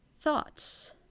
thoughts